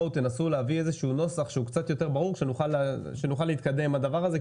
תנסו להביא נוסח שהוא קצת יותר ברור שנוכל להתקדם עם הדבר הזה.